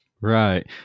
Right